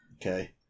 Okay